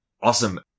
Awesome